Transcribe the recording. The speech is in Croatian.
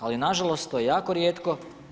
Ali na žalost to je jako rijetko.